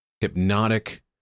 hypnotic